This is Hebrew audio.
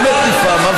באמת נפעם.